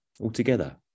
altogether